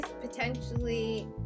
potentially